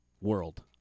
world